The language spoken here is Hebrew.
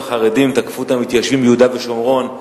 החרדים תקפו את המתיישבים ביהודה ושומרון,